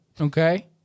okay